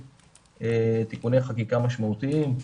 תיקוני חקיקה משמעותיים.